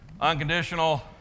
Unconditional